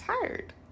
tired